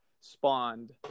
spawned